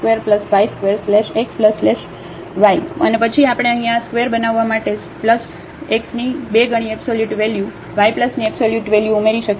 fxy 0x2y2x|y| અને પછી આપણે અહીં આ ² બનાવવા માટે x ની 2 ગણી એબ્સોલ્યુટ વેલ્યુ y ની એબ્સોલ્યુટ વેલ્યુ ઉમેરી શકીએ છીએ